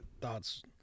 thoughts